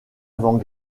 avant